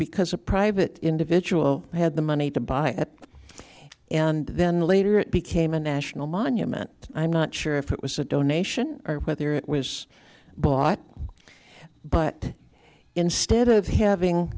because a private individual had the money to buy it and then later it became a national monument i'm not sure if it was a donation or whether it was bought but instead of having